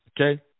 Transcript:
Okay